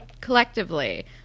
collectively